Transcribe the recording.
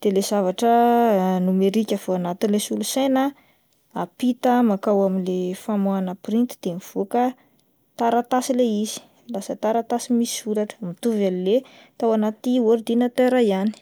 de le zavatra nomerika avy ao anatin'ilay solosaina apita makao amin'ilay famoahana printy de mivoaka taratasy ilay izy, lasa taratasy misy soratra mitovy amin'le tao anaty ordinatera ihany.